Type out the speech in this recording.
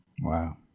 Wow